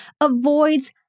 avoids